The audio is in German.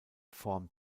form